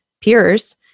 peers